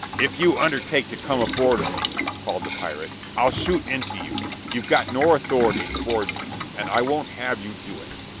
if you undertake to come aboard of me, called the pirate, i'll shoot into you. you've got no authority to board me, and i won't have you do it.